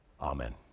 Amen